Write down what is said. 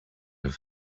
have